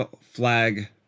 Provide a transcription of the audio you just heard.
flag